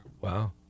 Wow